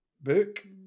Book